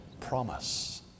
promise